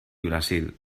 brasil